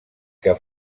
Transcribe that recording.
que